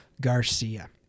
Garcia